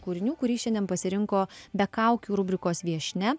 kūrinių kurį šiandien pasirinko be kaukių rubrikos viešnia